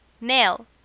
Nail